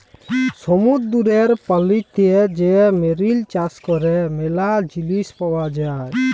সমুদ্দুরের পলিতে যে মেরিল চাষ ক্যরে ম্যালা জিলিস পাওয়া যায়